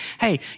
hey